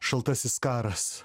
šaltasis karas